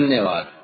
धन्यवाद